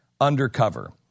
undercover